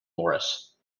morris